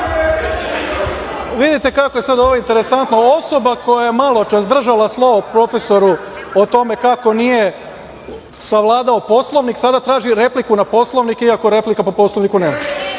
Vidite kako je sad ovo interesantno. Osoba koja je maločas držala slovo profesoru o tome kako nije savladao Poslovnik, sada traži repliku na Poslovnik iako replika po Poslovniku ne može.